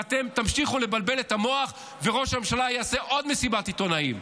ואתם תמשיכו לבלבל את המוח וראש הממשלה יעשה עוד מסיבת עיתונאים,